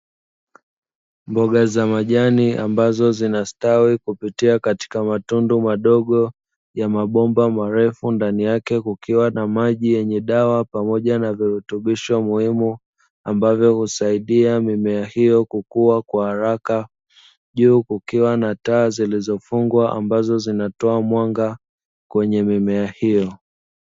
Mboga za majani ambazo zinastawi kupitia matundu madogo ya mabomba marefu, ndani yake kukiwa na maji yenye dawa pamoja virutubisho muhimu ,ambavyo husaidia mimea hiyo kukua kwa haraka , juu kikiwa na taa zilizofungwa ambazo zinatoa mwanga kwenye mimea hiyo.